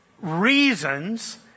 reasons